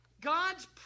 God's